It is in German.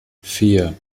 vier